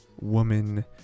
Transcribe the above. woman